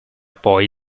poi